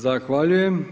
Zahvaljujem.